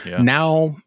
now